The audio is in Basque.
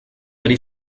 ari